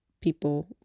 people